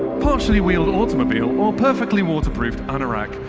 partially wheeled automobile perfectly waterproofed anorak.